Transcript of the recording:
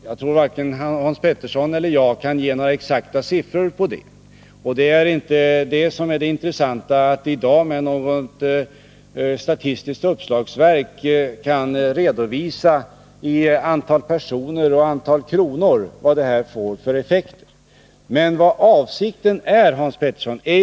Jag tror varken Hans Petersson eller jag kan ange några exakta siffror, Det intressanta i dag är inte att som något statistiskt uppslagsverk redovisa vad förslaget får för effekter i antal personer eller antal kronor.